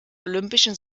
olympischen